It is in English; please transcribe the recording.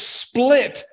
split